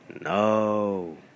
No